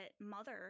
mother